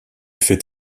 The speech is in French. fait